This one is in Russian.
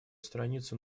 страницу